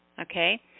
Okay